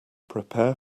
prepare